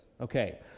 okay